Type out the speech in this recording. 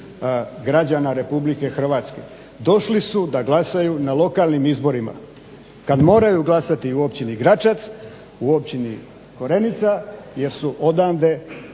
građana RH. Došli su da glasaju na lokalnim izborima. Kad moraju glasati u Općini Gračac, u Općini Korenica jer su odande